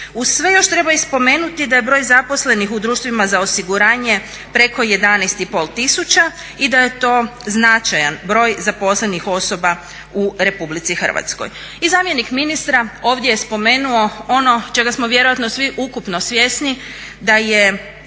Uz sve još treba i spomenuti da je broj zaposlenih u društvima za osiguranje preko 11,5 tisuća i da je to značajan broj zaposlenih osoba u RH. I zamjenik ministra ovdje je spomenuo ono čega smo vjerojatno svi ukupno svjesni da je